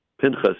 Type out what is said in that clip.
Pinchas